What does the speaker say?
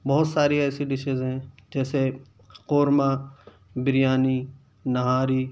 بہت ساری ایسی ڈشیز ہیں جیسے قورمہ بریانی نہاری